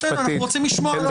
אנחנו רוצים לשמוע.